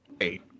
eight